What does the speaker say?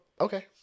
Okay